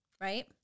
right